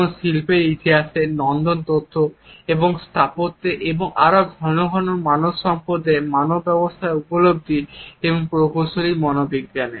যেমন শিল্পের ইতিহাসে নন্দনতত্ত্ব এবং স্থাপত্যে এবং আরও ঘন ঘন মানব সম্পদে মানব ব্যবস্থাপনায় উপলব্ধি এবং প্রকৌশলের মনোবিজ্ঞানে